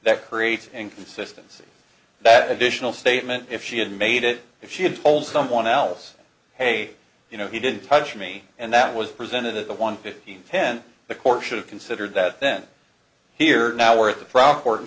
that creates inconsistency that additional statement if she had made it if she had told someone else hey you know he didn't touch me and that was presented at the one fifteen ten the court should have considered that then here now we're at the front court and